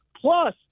Plus